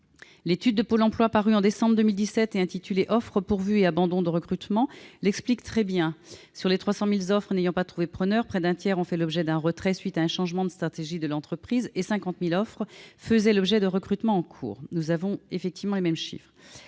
L'étude de Pôle emploi parue en décembre 2017 et intitulée « Offres pourvues et abandon de recrutement » l'explique très bien : sur les 300 000 offres n'ayant pas trouvé preneur, près d'un tiers ont fait l'objet d'un retrait à la suite d'un changement de stratégie de l'entreprise et 50 000 offres faisaient l'objet de recrutement en cours. Nous avons effectivement les mêmes chiffres.